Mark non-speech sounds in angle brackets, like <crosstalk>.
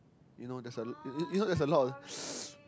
you know there's there's a lot of <noise>